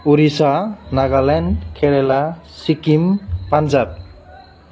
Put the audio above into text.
Orissa Nagaland Kerala Sikkim Punjab